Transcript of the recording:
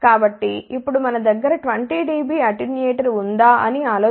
కాబట్టి ఇప్పుడు మన దగ్గర 20 డిబి అటెన్యూయేటర్ ఉందా అని ఆలోచించండి